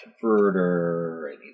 converter